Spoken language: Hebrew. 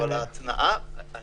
אבל אני רואה